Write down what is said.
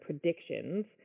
predictions